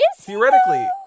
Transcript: theoretically